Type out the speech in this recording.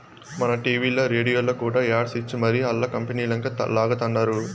మన టీవీల్ల, రేడియోల్ల కూడా యాడ్స్ ఇచ్చి మరీ ఆల్ల కంపనీలంక లాగతండారు